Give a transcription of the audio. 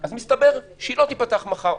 אז מסתבר, שהיא לא תיפתח מחר.